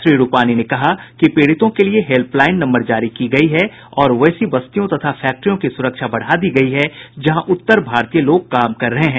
श्री रूपाणी ने कहा कि पीड़ितों के लिये हेल्पलाईन नम्बर जारी की गयी है और वैसी बस्तियों तथा फैक्ट्रियों की सुरक्षा बढ़ा दी गयी है जहां उत्तर भारतीय लोग काम कर रहे हैं